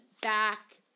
back